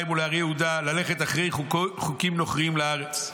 ולערי יהודה ללכת אחרי חוקים נוכרים לארץ.